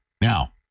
Now